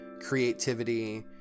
creativity